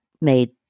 made